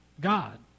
God